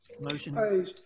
Motion